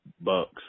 bucks